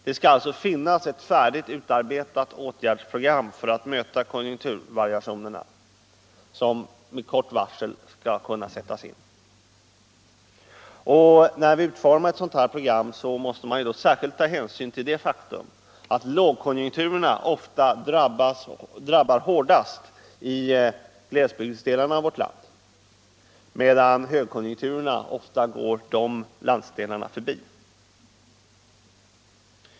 Det skall alltså finnas ett färdigt utarbetat åtgärdsprogram, vilket med kort varsel skall kunna sättas in för att möta konjunkturvariationerna. Vid utformningen av ett sådant program måste särskild hänsyn tas till det faktum att lågkonjunturerna ofta drabbar glesbygsdelarna av vårt land hårdast, medan högkonjunkturerna ofta går de landsdelarna förbi.